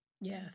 Yes